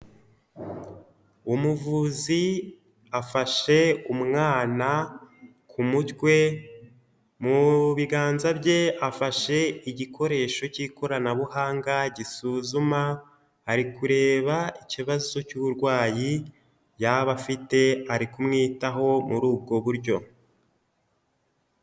Umuvuzi afashe umwana ku mutwe mu biganza bye afashe igikoresho cy'ikoranabuhanga gisuzuma, ari kureba ikibazo cy'uburwayi yaba afite ari kumwitaho muri ubwo buryo.